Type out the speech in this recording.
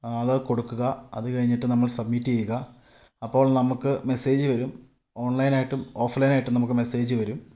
അത് കൊടുക്കുക അത് കഴിഞ്ഞിട്ട് നമ്മള് സബ്മിറ്റ് ചെയ്യുക അപ്പോൾ നമുക്ക് മെസ്സേജ് വരും ഓണ്ലൈനായിട്ടും ഓഫ്ലൈനായിട്ടും നമുക്ക് മെസ്സേജ് വരും